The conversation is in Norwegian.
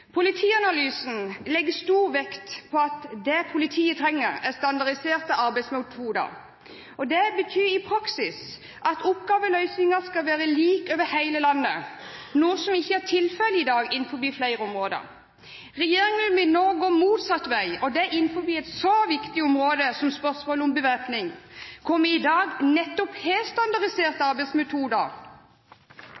Politianalysen legger stor vekt på at det politiet trenger, er standardiserte arbeidsmetoder. Det betyr i praksis at oppgaveløsningen skal være lik over hele landet, noe som ikke er tilfellet i dag innenfor flere områder. Regjeringen vil nå gå motsatt vei – og det innenfor et så viktig område som spørsmålet om bevæpning, hvor vi i dag har nettopp standardiserte